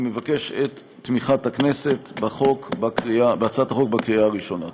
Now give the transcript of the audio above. אני מבקש את תמיכת הכנסת בהצעת החוק בקריאה הראשונה.